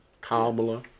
Kamala